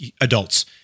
adults